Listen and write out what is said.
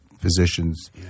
physicians